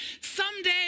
someday